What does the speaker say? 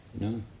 No